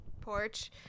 porch